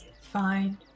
Fine